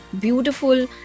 beautiful